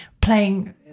playing